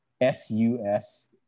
S-U-S